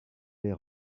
les